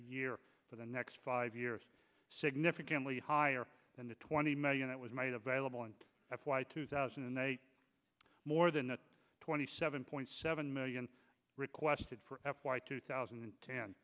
year for the next five years significantly higher than the twenty million that was made available and that's why two thousand and eight more than that twenty seven point seven million requested for f y two thousand and ten